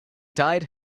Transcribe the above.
tied